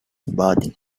body